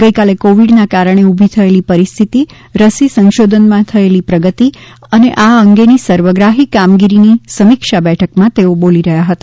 ગઈકાલે કોવીડના કારણે ઊભી થયેલી પરિસ્થિતિ રસી સંશોધનમાં થયેલી પ્રગતિ અને આ અંગેની સર્વગ્રાહી કામગીરીની સમીક્ષા બેઠકમાં તેઓ બોલી રહ્યા હતા